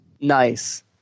Nice